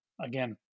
again